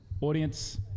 Audience